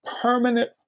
permanent